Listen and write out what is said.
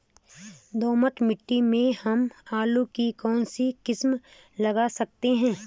दोमट मिट्टी में हम आलू की कौन सी किस्म लगा सकते हैं?